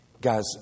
Guys